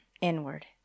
inward